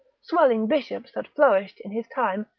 swelling bishops that flourished in his time,